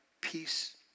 peace